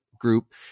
group